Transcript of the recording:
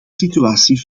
situatie